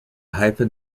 hyphen